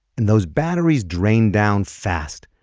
and those batteries drained down fast,